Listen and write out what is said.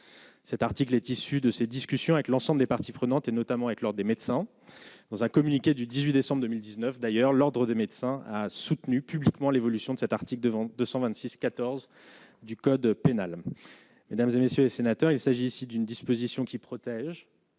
Cet article est issue de ses discussions avec l'ensemble des parties prenantes, et notamment avec l'Ordre des médecins, dans un communiqué du 18 décembre 2019 d'ailleurs, l'Ordre des médecins a soutenu publiquement l'évolution de cet article, devant 226 14 du code pénal, mesdames et messieurs les sénateurs, il s'agit ici d'une disposition qui protège.